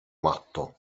matto